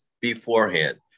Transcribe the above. beforehand